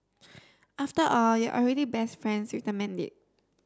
after all you're already best friends with the medic